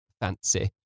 fancy